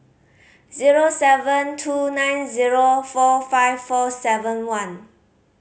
zero seven two nine zero four five four seven one